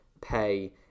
pay